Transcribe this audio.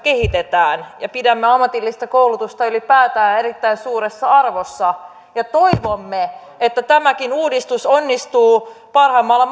kehitetään ja pidämme ammatillista koulutusta ylipäätään erittäin suuressa arvossa ja toivomme että tämäkin uudistus onnistuu parhaimmalla